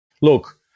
look